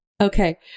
Okay